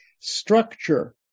structure